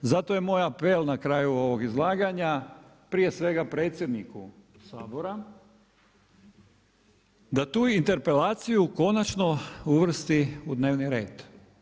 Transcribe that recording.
Zato je moj apel na kraju ovog izlaganja prije svega predsjedniku Sabora, da tu interpelaciju konačno uvrsti u dnevni red.